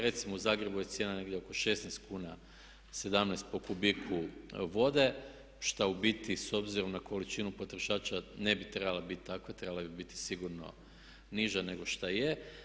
Recimo u Zagrebu je cijena negdje oko 16 kuna, 17 po kubiku vode šta u biti s obzirom na količinu potrošača ne bi trebala bit takva, trebala bi bit sigurno niža nego šta je.